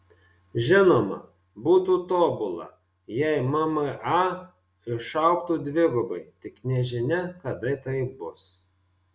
žinoma būtų tobula jei mma išaugtų dvigubai tik nežinia kada tai bus